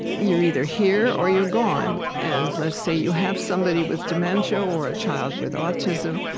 you're either here or you're gone. and let's say you have somebody with dementia or a child with autism,